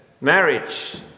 marriage